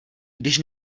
když